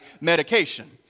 medication